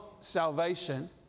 salvation